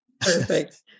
Perfect